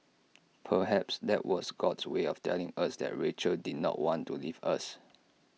perhaps that was God's way of telling us that Rachel did not want to leave us